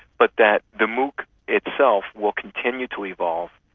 but that the mooc itself will continue to evolve,